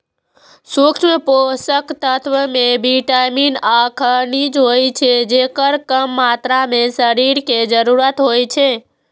सूक्ष्म पोषक तत्व मे विटामिन आ खनिज होइ छै, जेकर कम मात्रा मे शरीर कें जरूरत होइ छै